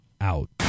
out